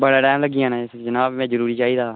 बड़ा टाइम लग्गी जाना इसी जनाब में जरूरी चाहिदा हा